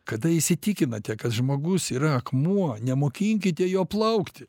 kada įsitikinate kad žmogus yra akmuo nemokinkite jo plaukti